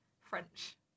French